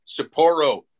Sapporo